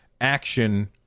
action